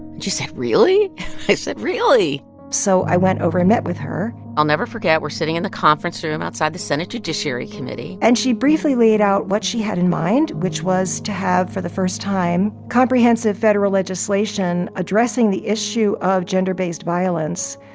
and she said, really? and i said, really so i went over and met with her i'll never forget. we're sitting in the conference room outside the senate judiciary committee and she briefly laid out what she had in mind, which was to have, for the first time, comprehensive federal legislation addressing the issue of gender-based violence.